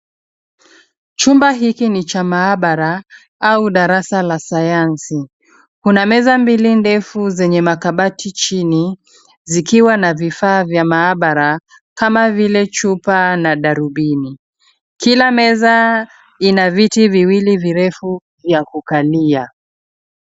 Chumba hiki ni cha maabara au darasa la sayansi. Kuna meza mbili ndefu zenye makabati chini zikiwa na vifaa vya maabara kama vile chupa na darubini. Kila meza ina viti viwili virefu vya kukalia.